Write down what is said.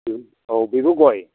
उम औ बेबो गय